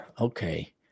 Okay